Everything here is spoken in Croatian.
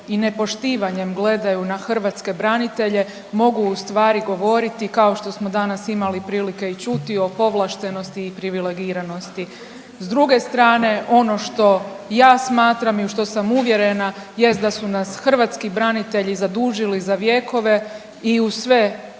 i nepoštivanjem gledaju na hrvatske branitelje mogu u stvari govoriti kao što smo danas imali prilike i čuti o povlaštenosti i privilegiranosti. S druge strane ono što ja smatram i u što sam uvjerena jest da su nas hrvatski branitelji zadužili za vjekove i uz sve vijeke